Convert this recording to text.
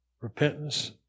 repentance